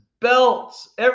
belts